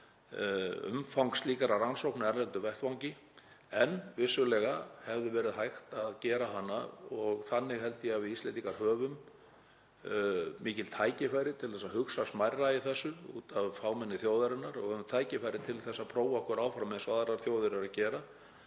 umfang slíkra rannsókna á erlendum vettvangi en vissulega hefði verið hægt að gera slíka rannsókn. Þannig held ég að við Íslendingar höfum mikil tækifæri til að hugsa smærra í þessu út af fámenni þjóðarinnar og að við höfum tækifæri til þess að prófa okkur áfram eins og aðrar þjóðir eru að gera